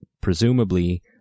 presumably